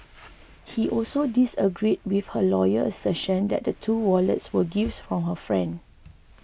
he also disagreed with her lawyer's assertion that the two wallets were gifts from her friend